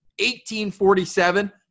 1847